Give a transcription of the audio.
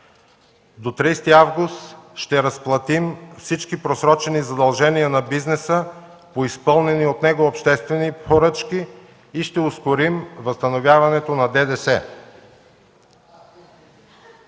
До 30 август ще разплатим всички просрочени задължения на бизнеса по изпълнени от него обществени поръчки и ще ускорим възстановяването на ДДС.